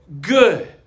good